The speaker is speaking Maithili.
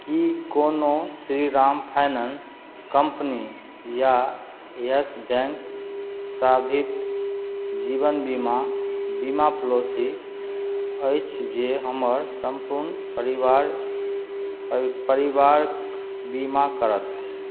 की कोनो श्रीराम फाइनेंस कंपनी या यस बैंक साबिध जीवन बीमा बीमा पॉलिसी अछि जे हमर सम्पूर्ण परिबार परिबारक बीमा करत